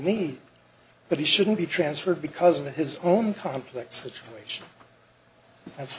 me but he shouldn't be transferred because of his own conflict situation that's